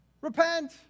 Repent